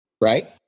Right